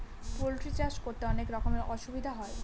poultry চাষ করতে অনেক রকমের অসুবিধা হয়